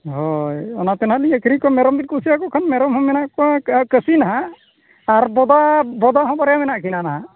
ᱦᱚᱭ ᱚᱱᱟᱛᱮ ᱱᱟᱦᱟᱜᱞᱤᱧ ᱟᱹᱠᱷᱨᱤᱧ ᱠᱚᱣᱟ ᱢᱮᱨᱚᱢᱵᱤᱱ ᱠᱩᱥᱤᱭᱟᱠᱚ ᱠᱷᱟᱱ ᱢᱮᱨᱚᱢᱦᱚᱸ ᱢᱮᱱᱟᱜ ᱠᱚᱣᱟ ᱠᱟᱹᱥᱤ ᱱᱟᱦᱟᱜ ᱟᱨ ᱵᱚᱫᱟ ᱵᱚᱫᱟᱦᱚᱸ ᱵᱟᱨᱭᱟ ᱢᱮᱱᱟᱜ ᱠᱤᱱᱟ ᱱᱟᱦᱟᱜ